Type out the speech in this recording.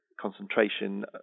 concentration